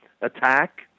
attack